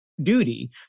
duty